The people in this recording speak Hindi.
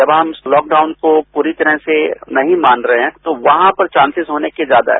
जब हम इस लॉकडाउन को पूरी तरह से नहीं मान रहे हैं तो वहां पर चांसेस होने के ज्यादा है